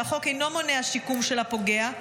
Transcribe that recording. שהחוק אינו מונע שיקום של הפוגע.